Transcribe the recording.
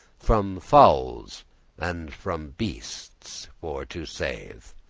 from fowles and from beastes for to save.